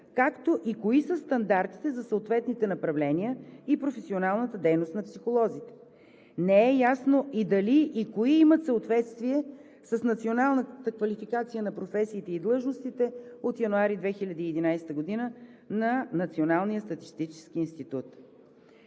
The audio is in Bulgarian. както и кои са стандартите за съответните направления и професионалната дейност на психолозите. Не е ясно и дали и кои имат съответствие с националната квалификация на професиите и длъжностите от месец януари 2011 г. на Националния статистически институт.